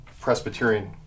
Presbyterian